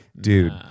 dude